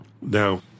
Now